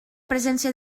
presència